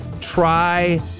try